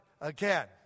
again